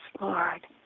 Lord